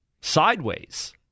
sideways